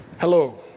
Hello